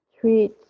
treat